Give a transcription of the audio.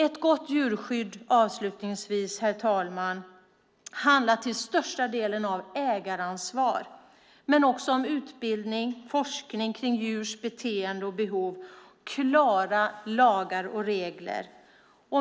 Ett gott djurskydd handlar till största delen om ägaransvar, men också om utbildning, om forskning om djurs beteende och behov och om klara lagar och regler.